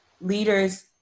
Leaders